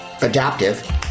adaptive